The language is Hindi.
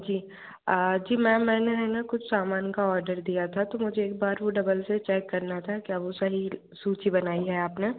जी जी मैम मैंने है ना कुछ सामान का ऑडर दिया था तो मुझे एक बार वो डबल से चेक करना था क्या वो सही सूची बनाई है आप ने